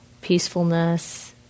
peacefulness